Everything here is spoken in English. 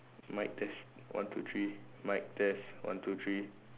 mic test one two three mic test one two three